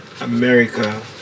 America